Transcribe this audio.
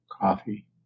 coffee